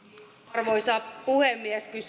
arvoisa puhemies